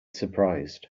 surprised